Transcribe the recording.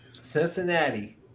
Cincinnati